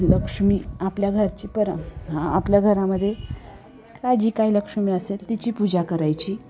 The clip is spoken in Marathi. लक्ष्मी आपल्या घरची पर आपल्या घरामध्ये का जी काही लक्ष्मी असेल तिची पूजा करायची